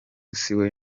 siwe